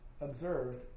observed